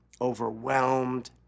overwhelmed